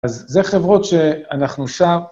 אז זה חברות שאנחנו שם.